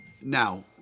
Now